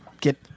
get